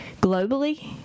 globally